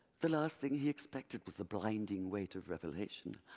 the last thing he expected was the blinding weight of revelation.